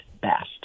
best